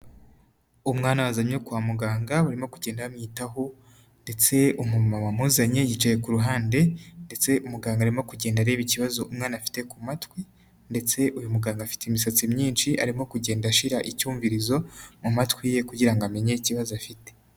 Umwana wazanywe kwa muganga barimo kugenda bamwitaho, ndetse umumama wamuzanye yicaye ku ruhande, ndetse umuganga arimo kugenda areba ikibazo umwana afite ku matwi, ndetse uyu muganga afite imisatsi myinshi arimo kugenda ashira icyumvirizo, mu matwi ye kugira ngo amenye ikibazo afite.